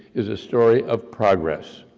is a story of progress.